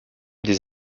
des